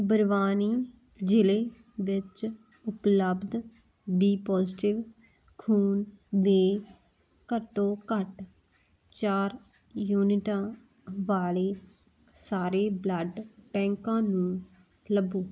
ਬਰਵਾਨੀ ਜ਼ਿਲ੍ਹੇ ਵਿੱਚ ਉਪਲਬਧ ਬੀ ਪੌਜੀਟਿਵ ਖੂਨ ਦੇ ਘੱਟੋ ਘੱਟ ਚਾਰ ਯੂਨਿਟਾਂ ਵਾਲੇ ਸਾਰੇ ਬਲੱਡ ਬੈਂਕਾਂ ਨੂੰ ਲੱਭੋ